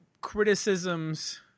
criticisms